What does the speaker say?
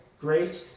Great